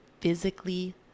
physically